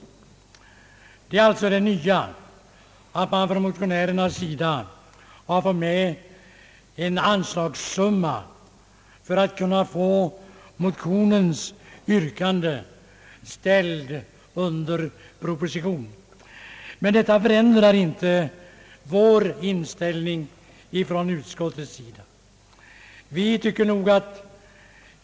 Det nya är alltså att motionärerna har tagit med en anslagssumma för att kunna få motionens yrkande ställt under proposition. Men detta förändrar inte utskottets inställning.